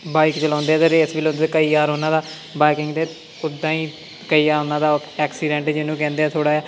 bike ਚਲਾਉਂਦੇ ਅਤੇ race ਵੀ ਲਾਉਂਦੇ ਕਈ ਵਾਰ ਉਹਨਾਂ ਦਾ ਬਾਈਕਿੰਗ 'ਤੇ ਉੱਦਾਂ ਹੀ ਕਈ ਵਾਰ ਉਹਨਾਂ ਦਾ ਐਕਸੀਡੈਂਟ ਜਿਹਨੂੰ ਕਹਿੰਦੇ ਥੋੜ੍ਹਾ ਜਾ